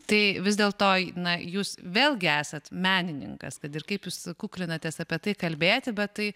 tai vis dėl to na jūs vėlgi esat menininkas kad ir kaip jūs kuklinatės apie tai kalbėti bet tai